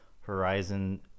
horizon